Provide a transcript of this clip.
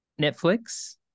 Netflix